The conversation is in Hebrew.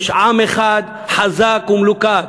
יש עם אחד חזק ומלוכד.